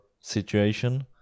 situation